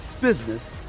business